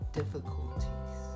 difficulties